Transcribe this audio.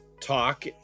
talk